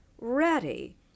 ready